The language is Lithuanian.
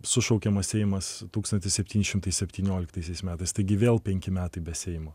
sušaukiamas seimas tūkstantis septyni šimtai septynioliktaisiais metais taigi vėl penki metai be seimo